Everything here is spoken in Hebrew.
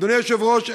אדוני היושב-ראש,